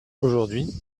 aujourd’hui